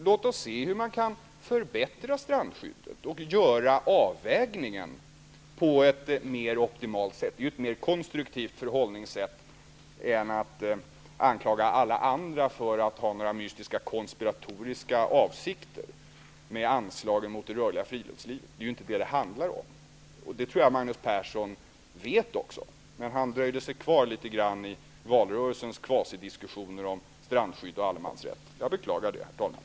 Låt oss se hur man kan förbättra strandskyddet och göra avvägningen på ett mer optimalt sätt. Det är ett mer konstruktivt förhållningssätt än att anklaga alla andra för att ha några mystiska konspiratoriska avsikter med anslag mot det rörliga friluftslivet. Det är inte detta det hadnlar om. Det tror jag att Magnus Persson vet också. Men han dröjde sig kvar litet grand i valrörelsens kvasidiskussioner om strandskydd och allemansrätt. Jag beklagar det, herr talman.